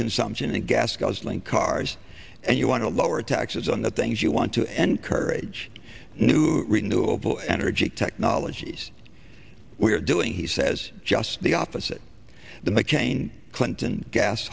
consumption and gas guzzling cars and you want to lower taxes on the things you want to encourage new renewable energy technologies we're doing he says just the opposite the mccain clinton gas